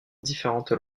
différentes